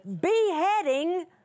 beheading